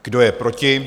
Kdo je proti?